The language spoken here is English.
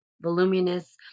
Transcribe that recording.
voluminous